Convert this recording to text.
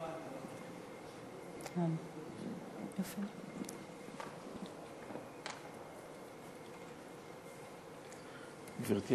גברתי